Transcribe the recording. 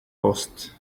post